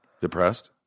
depressed